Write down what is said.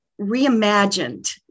reimagined